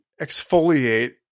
exfoliate